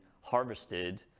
harvested